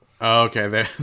Okay